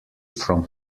from